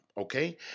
okay